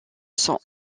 son